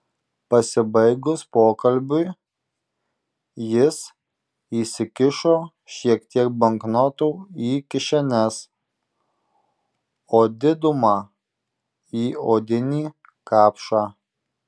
pasibaigus pokalbiui jis įsikišo šiek tiek banknotų į kišenes o didumą į odinį kapšą